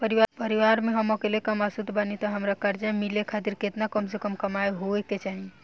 परिवार में हम अकेले कमासुत बानी त हमरा कर्जा मिले खातिर केतना कम से कम कमाई होए के चाही?